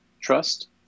trust